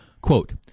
quote